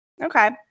Okay